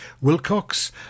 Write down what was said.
Wilcox